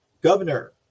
Governor